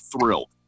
thrilled